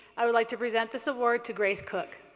i would like to present this award to grace cooke.